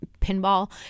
pinball